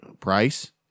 Price